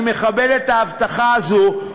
אני מכבד את ההבטחה הזאת,